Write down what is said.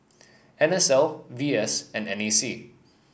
N S L V S and N A C